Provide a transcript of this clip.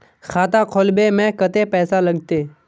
खाता खोलबे में कते पैसा लगते?